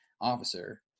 officer